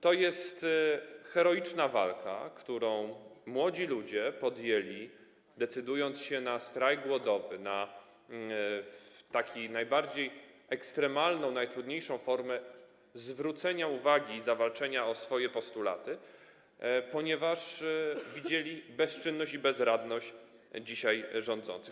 To jest heroiczna walka, którą młodzi ludzie, decydując się na strajk głodowy, na taką najbardziej ekstremalną, najtrudniejszą formę zwrócenia uwagi, zawalczenia o swoje postulaty, podjęli, ponieważ widzieli bezczynność i bezradność dzisiaj rządzących.